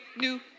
new